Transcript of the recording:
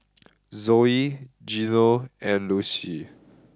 Zoey Geno and Lucie